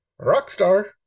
Rockstar